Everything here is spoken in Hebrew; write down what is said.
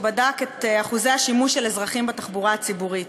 שבדק את אחוזי השימוש של אזרחים בתחבורה הציבורית: